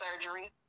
surgery